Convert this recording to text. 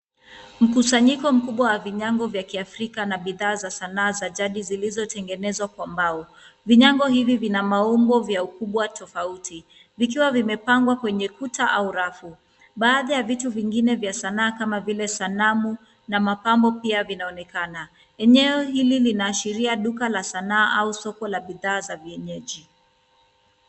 Mkusanyiko mkubwa wa vinyago vya Kiafrika na bidhaa za sanaa za jadi zilizotengenezwa kwa mbao. Vinyago hivi vina maumbo vya ukubwa tofauti vikiwa vimepangwa kwenye kuta au rafu. Baadhi ya vitu vingine vya sanaa kama vile sanamu na mapambo pia vinaonekana. Eneo hili linaashiria duka la sanaa au soko la bidhaa za vienyeji.